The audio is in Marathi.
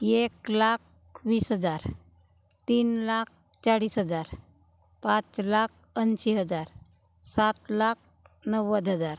एक लाख वीस हजार तीन लाख चाळीस हजार पाच लाख ऐंशी हजार सात लाख नव्वद हजार